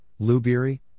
Lubiri